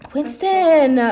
Winston